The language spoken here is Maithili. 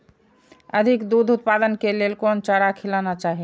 अधिक दूध उत्पादन के लेल कोन चारा खिलाना चाही?